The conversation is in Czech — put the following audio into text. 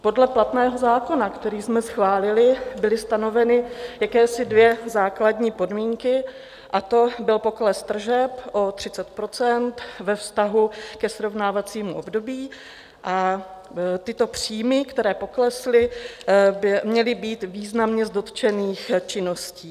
Podle platného zákona, který jsme schválili, byly stanoveny jakési dvě základní podmínky, a to, byl pokles tržeb o 30 % ve vztahu ke srovnávacímu období a tyto příjmy, které poklesly, měly být významně z dotčených činností.